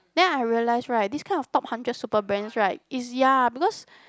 then I realise right this kind of top hundred super brands right it's ya because